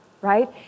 right